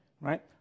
right